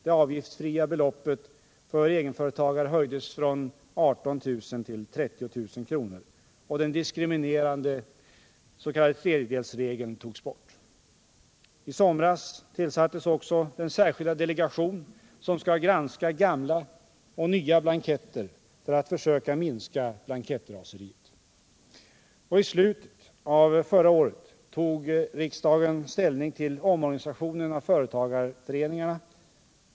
Det avgiftsfria beloppet för egenföretagare höjdes från 18 000 till 30 000 kr. och den diskriminerande s.k. tredjedelsregeln togs bort. I somras tillsattes också den särskilda delegation som skall granska gamla och nya blanketter för att försöka minska blankettraseriet. Och i slutet av förra året tog riksdagen ställning till omorganisationen av företagarföreningarna.